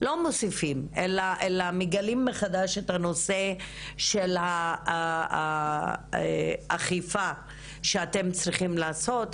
לא מוסיפים אלא מגלים מחדש את הנושא של האכיפה שאתם צריכים לעשות,